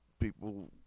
People